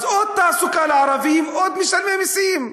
אז עוד תעסוקה לערבים, עוד משלמי מסים,